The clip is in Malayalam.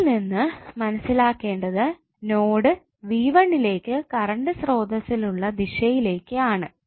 ഇതിൽനിന്ന് മനസ്സിലാക്കേണ്ടത് നോഡ് ലേക് കറണ്ട് സ്ത്രോതസ്സിലുള്ള ദിശയിലേക് ആണ്